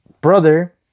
brother